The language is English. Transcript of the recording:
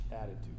attitude